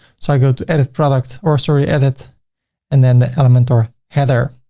so i go to edit product or sorry, edit and then the elementor header.